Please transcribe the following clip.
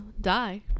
die